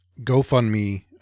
GoFundMe